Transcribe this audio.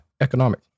economic